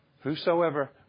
whosoever